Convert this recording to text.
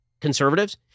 conservatives